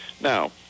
Now